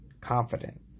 confident